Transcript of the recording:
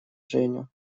женю